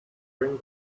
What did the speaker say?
bring